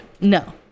No